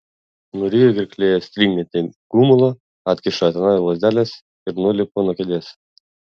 nuryju gerklėje stringantį gumulą atkišu etanui lazdeles ir nulipu nuo kėdės